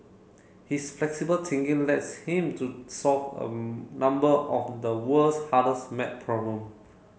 his flexible thinking lets him to solve a number of the world's hardest maths problem